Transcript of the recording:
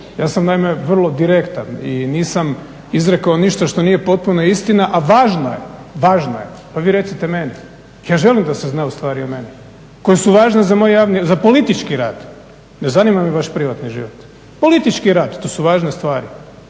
Ja sam naime vrlo direktan i nisam izrekao ništa što nije potpuna istina, a važno je. Pa vi recite meni. Ja želim da se znaju stvari o meni koje su važne za moj javni, za politički rad. Ne zanima me vaš privatni život. Politički rad, to su važne stvari.